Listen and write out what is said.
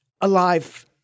alive